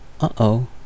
uh-oh